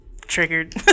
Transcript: Triggered